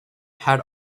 had